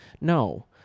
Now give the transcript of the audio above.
No